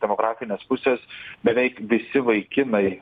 demografinės pusės beveik visi vaikinai